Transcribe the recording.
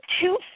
two